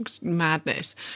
madness